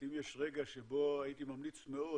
אם יש רגע שבו הייתי ממליץ מאוד